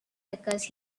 because